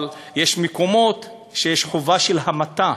אבל יש מקומות שיש חובת המתה,